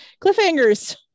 cliffhangers